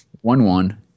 one-one